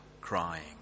crying